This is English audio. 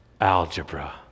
algebra